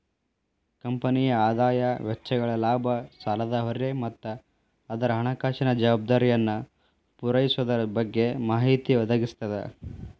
ಕಂಪನಿಯ ಆದಾಯ ವೆಚ್ಚಗಳ ಲಾಭ ಸಾಲದ ಹೊರೆ ಮತ್ತ ಅದರ ಹಣಕಾಸಿನ ಜವಾಬ್ದಾರಿಯನ್ನ ಪೂರೈಸೊದರ ಬಗ್ಗೆ ಮಾಹಿತಿ ಒದಗಿಸ್ತದ